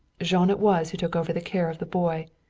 jean it was who took over the care of the boy,